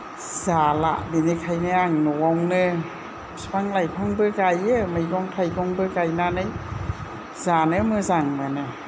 जाला बिनिखायनो आं नआवनो फिफां लाइफांबो गायो मैगं थाइगंबो गायनानै जानो मोजां मोनो